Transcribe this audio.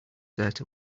dirt